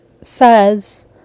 says